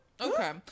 Okay